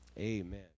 amen